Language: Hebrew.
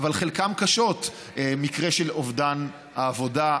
אבל חלקן קשות: מקרה של אובדן העבודה,